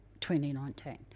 2019